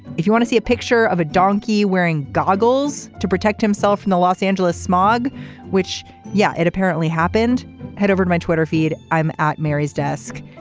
if you want to see a picture of a donkey wearing goggles to protect himself from the los angeles smog which yeah it apparently happened head over my twitter feed i'm at mary's desk.